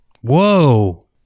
whoa